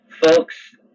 folks